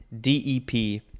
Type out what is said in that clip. D-E-P